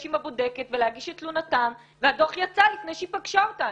עם הבודקת ולהגיש את תלונתן והדוח יצא לפני שהיא פגשה אותן.